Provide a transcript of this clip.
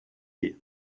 gay